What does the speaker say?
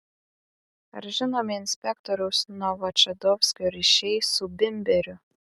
ar žinomi inspektoriaus novočadovskio ryšiai su bimberiu